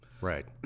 Right